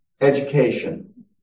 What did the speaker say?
Education